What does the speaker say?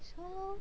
so